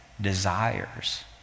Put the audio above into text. desires